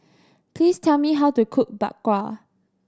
please tell me how to cook Bak Kwa